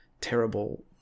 terrible